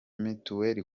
mituweli